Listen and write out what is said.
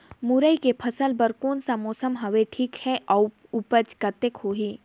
मुरई के फसल बर कोन सा मौसम हवे ठीक हे अउर ऊपज कतेक होही?